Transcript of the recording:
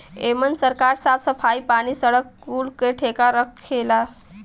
एमन सरकार साफ सफाई, पानी, सड़क कुल के ठेका रखेला